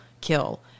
kill